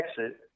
exit